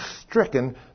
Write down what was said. stricken